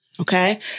Okay